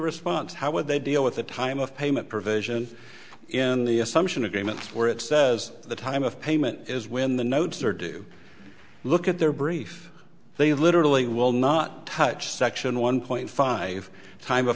response how would they deal with the time of payment provision in the assumption agreement where it says the time of payment is when the notes are due look at their brief they literally will not touch section one point five time of